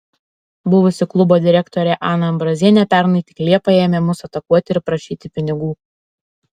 buvusi klubo direktorė ana ambrazienė pernai tik liepą ėmė mus atakuoti ir prašyti pinigų